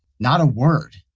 not a word.